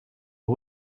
ont